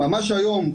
ממש היום,